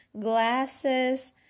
glasses